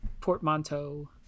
portmanteau